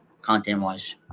content-wise